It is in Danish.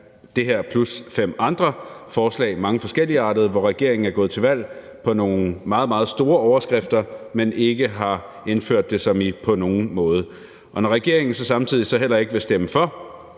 det her plus fem andre meget forskelligartede forslag, hvor regeringen er gået til valg på nogle meget, meget store overskrifter, men ikke har indført det på nogen måde. Og når regeringen samtidig heller ikke vil stemme for